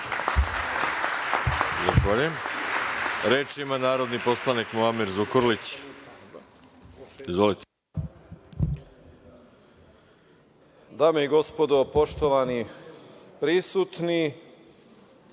Zahvaljujem. Reč ima narodni poslanik Muamer Zukorlić. Izvolite.